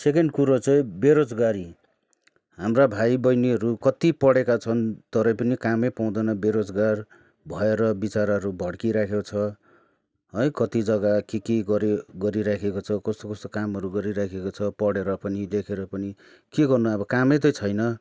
second कुरो चाहिँ बेरोजगारी हाम्रा भाइबहिनीहरू कत्ति पढेका छन् तरै पनि कामै पाउँदैन बेरोजगार भएर विचाराहरू भड्किराखेको छ है कत्ति जग्गा के के गऱ्यो गरिराखेको छ कस्तो कस्तो कामहरू गरिराखेको छ पढेर पनि लेखेर पनि के गर्नु अब कामै त छैन